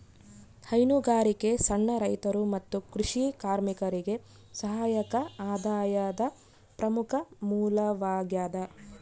ಹೈನುಗಾರಿಕೆ ಸಣ್ಣ ರೈತರು ಮತ್ತು ಕೃಷಿ ಕಾರ್ಮಿಕರಿಗೆ ಸಹಾಯಕ ಆದಾಯದ ಪ್ರಮುಖ ಮೂಲವಾಗ್ಯದ